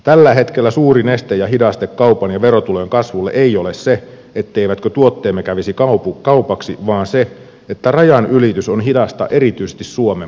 tällä hetkellä suurin este ja hidaste kaupan ja verotulojen kasvulle ei ole se etteivätkö tuotteemme kävisi kaupaksi vaan se että rajanylitys on hidasta erityisesti suomen puolella